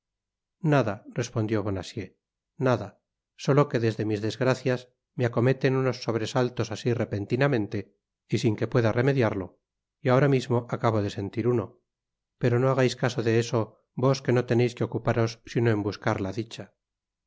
nada respondió bonacieux nada solo que desde mis desgracias me acometen unos sobresaltos asi repentinamente y sin que pueda remediarlo y ahora mismo acabo de sentir uno pero no hagais caso de eso vos que no teneis que ocuparos sino en buscar la dicha